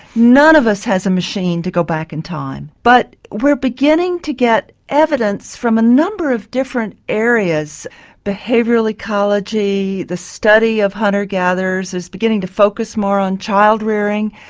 none of us has a machine to go back in time, but we're beginning to get evidence from a number of different areas behavioural ecology, the study of hunter gatherers is beginning to focus more on child rearing.